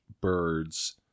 birds